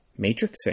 matrixing